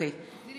האם יש